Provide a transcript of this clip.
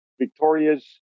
Victoria's